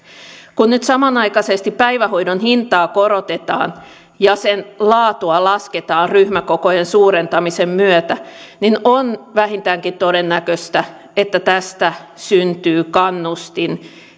kun nyt samanaikaisesti päivähoidon hintaa korotetaan ja sen laatua lasketaan ryhmäkokojen suurentamisen myötä niin on vähintäänkin todennäköistä että tästä syntyy kannustin